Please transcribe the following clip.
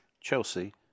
Chelsea